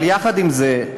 אבל יחד עם זה,